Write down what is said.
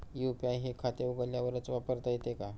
UPI हे खाते उघडल्यावरच वापरता येते का?